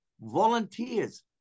Volunteers